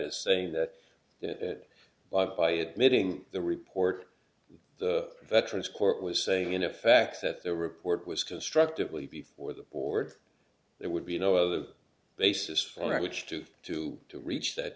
as saying that that by admitting the report the veterans court was saying in effect that the report was destructively before the board there would be no other basis on which to to to reach that